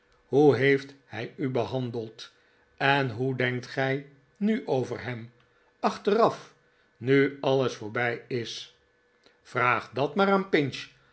hoe heeft hij u behandeld en hoe denkt gij nu over hem achteraf nu alles voorbij is vraag dat maar aan